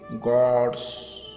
Gods